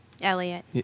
Elliot